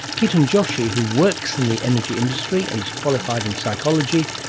ketan joshi, who works in the energy industry and is qualified in psychology,